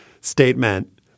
statement